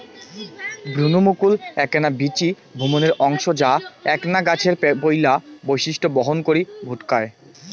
ভ্রুণমুকুল এ্যাকনা বীচি ভ্রূণের অংশ যা এ্যাকনা গছের পৈলা বৈশিষ্ট্য বহন করি ভুকটায়